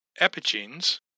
Epigenes